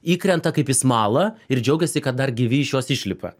įkrenta kaip į smalą ir džiaugiasi kad dar gyvi iš jos išlipa